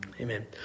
Amen